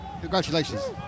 Congratulations